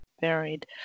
varied